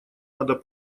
надо